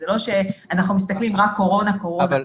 זה לא שאנחנו מסתכלים רק: קורונה, קורונה.